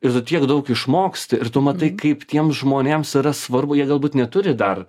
ir tu tiek daug išmoksti ir tu matai kaip tiems žmonėms yra svarbu jie galbūt neturi dar